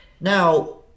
Now